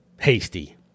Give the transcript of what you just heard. Hasty